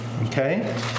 Okay